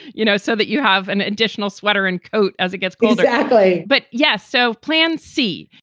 you know, so that you have an additional sweater and coat as it gets colder, actually. but yes. so plan c.